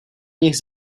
nich